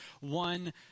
one